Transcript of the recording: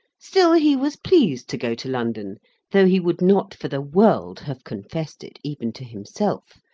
still, he was pleased to go to london though he would not for the world have confessed it, even to himself,